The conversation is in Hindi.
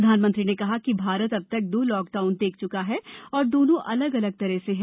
प्रधानमंत्री ने कहा कि भारत अब तक दो लॉकडाउन देख च्का है और दोनों अलग अलग तरह से रहे है